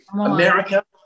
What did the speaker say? America